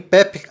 Pep